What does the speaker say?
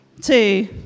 two